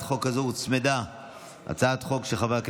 חברי